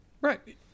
Right